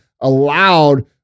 allowed